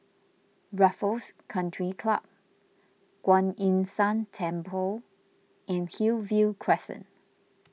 Raffles Country Club Kuan Yin San Temple and Hillview Crescent